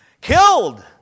killed